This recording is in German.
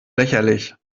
lächerlich